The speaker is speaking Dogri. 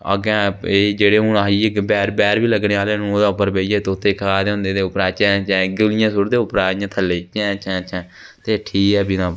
अग्गें जेह्ड़े हुन असें बैर बी लग्गने आह्ले न उ'दे पर बेहियै तोते खा दे होंदे चैं चैं गुल्लियां सुट्टदे उप्परां इ'यां थल्ले गी चैं चैं ते ठीक ऐ फिर तां